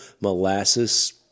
molasses